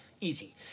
Easy